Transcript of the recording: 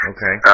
Okay